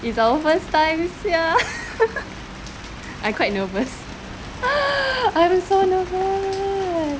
is our first time sia I quite nervous I'm so nervous